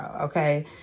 Okay